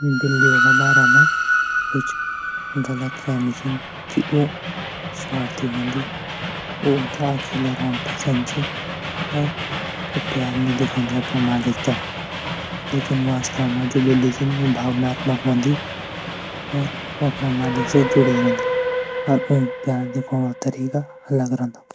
बिल्लियों का बारा मा कुछ ग़लतफ़हमी छन की वो स्वार्थी होंदी. वो ता अकेलु रनु पसन्द छन. वो प्यार न दिखांदी अपरा मालिक ता. लेकिन वास्तव मा जु बिल्ली छन वो भावनात्मक होंदी. और अपरा मालिक से जुडी रंदी. और उनको प्यार दिखाना को तरीका अलग रांद.